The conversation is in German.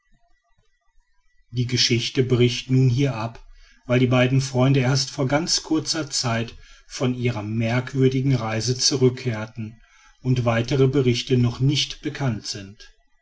die geschichte bricht nun hier ab weil die beiden freunde erst vor ganz kurzer zeit von ihrer merkwürdigen reise zurückkehrten und weitere berichte noch nicht bekannt sind